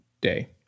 day